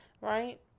right